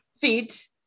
feet